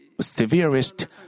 severest